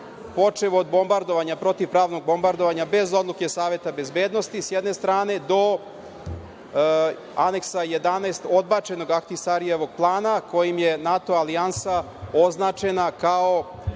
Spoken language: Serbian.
počev od protivpravnog bombardovanja, bez odluke Saveta bezbednosti, s jedne strane, do aneksa 11, odbačenog Ahtisarijevog plana, kojim je NATO alijansa označena kao